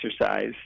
exercise